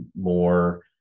more